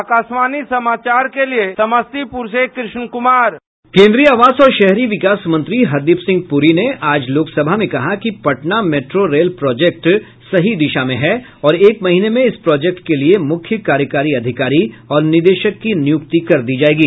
आकाशवाणी समाचार के लिए समस्तीपुर से कुष्ण कुमार केन्द्रीय आवास और शहरी विकास मंत्री हरदीप सिंह पुरी ने आज लोकसभा में कहा कि पटना मेट्रो रेल प्रोजेक्ट सही दिशा में है और एक महीने में इस प्रोजेक्ट के लिये मुख्य कार्यकारी अधिकारी और निदेशक की नियुक्ति कर दी जायेगी